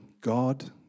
god